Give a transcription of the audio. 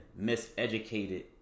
miseducated